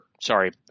sorry